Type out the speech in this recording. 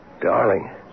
darling